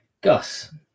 Gus